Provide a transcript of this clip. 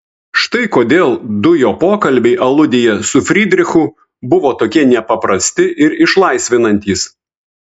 štai kodėl du jo pokalbiai aludėje su frydrichu buvo tokie nepaprasti ir išlaisvinantys